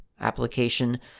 application